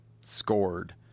scored